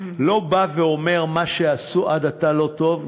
לא בא ואומר: מה שעשו עד עתה לא טוב,